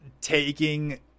Taking